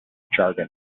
jargon